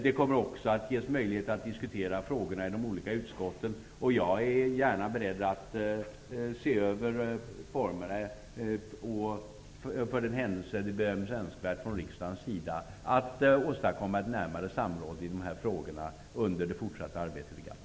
Det kommer också att ges möjlighet att diskutera frågorna i de olika utskotten, och jag är gärna beredd att se över formerna för den händelse det blir önskvärt från riksdagens sida att åstadkomma ett närmare samråd i de här frågorna under det fortsatta arbetet i GATT.